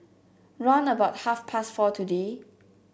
round about half past four today